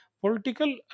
political